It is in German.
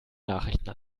nachrichten